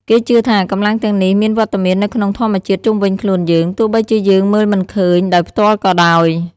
គេជឿថា កម្លាំងទាំងនេះមានវត្តមាននៅក្នុងធម្មជាតិជុំវិញខ្លួនយើង ទោះបីជាយើងមើលមិនឃើញដោយផ្ទាល់ក៏ដោយ។